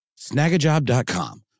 snagajob.com